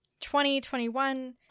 2021